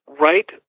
right